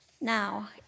now